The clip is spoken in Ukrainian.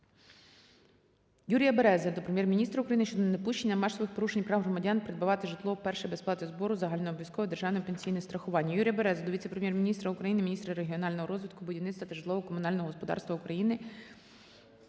Юрія Берези до Прем'єр-міністра України щодо недопущення масових порушень права громадян придбавати житло вперше без сплати збору на загальнообов'язкове державне пенсійне страхування. Юрія Берези до Віце-прем’єр-міністра України - міністра регіонального розвитку, будівництва та житлово-комунального господарства України